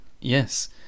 yes